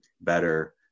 better